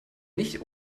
nicht